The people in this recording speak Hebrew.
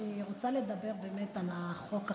אני רוצה לדבר על חוק החמץ.